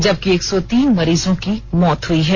जबकि एक सौ तीन मरीजों की मौत हुई है